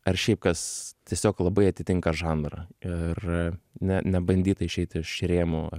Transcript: ar šiaip kas tiesiog labai atitinka žanrą ir ne nebandyta išeiti iš rėmų